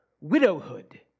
widowhood